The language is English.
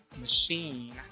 machine